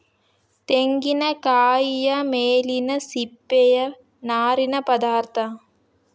ತೆಂಗಿನಕಾಯಿಯ ಮೇಲಿನ ಸಿಪ್ಪೆಯ ನಾರಿನ ಪದಾರ್ಥ